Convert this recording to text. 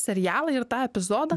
serialą ir tą epizodą